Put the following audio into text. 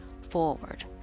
forward